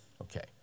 Okay